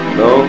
no